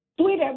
Twitter